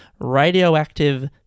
radioactive